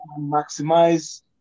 maximize